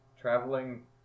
traveling